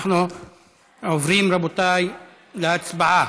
אנחנו עוברים, רבותיי, להצבעה.